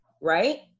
right